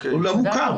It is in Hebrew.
הוא לא מוכר,